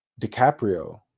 DiCaprio